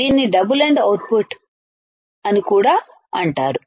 దీనిని double end output అని కూడా అంటారు